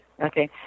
Okay